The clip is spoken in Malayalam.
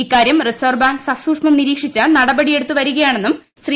ഇക്കാര്യം റിസർവ് ബാങ്ക് സസൂക്ഷ്മം നിരീക്ഷിച്ച് നടപടിയെടുത്തു വരികയാണെന്നും ശ്രീ